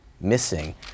missing